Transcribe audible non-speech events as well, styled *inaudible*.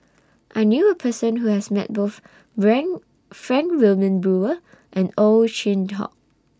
I knew A Person Who has Met Both *unintelligible* Frank Wilmin Brewer and Ow Chin Hock